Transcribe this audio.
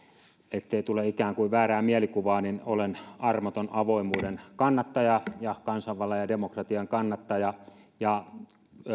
ettei tule ikään kuin väärää mielikuvaa niin olen armoton avoimuuden kannattaja ja kansanvallan ja demokratian kannattaja